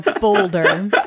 boulder